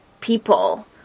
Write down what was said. people